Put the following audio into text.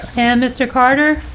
and mr. carter.